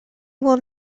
will